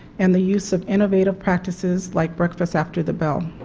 and the use of innovative practices like breakfast after the bell.